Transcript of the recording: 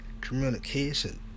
communication